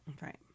right